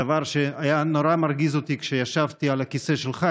דבר שהיה נורא מרגיז אותי כשישבתי על הכיסא שלך,